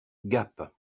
gap